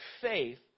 faith